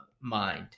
mind